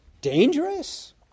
Dangerous